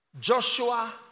Joshua